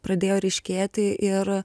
pradėjo ryškėti ir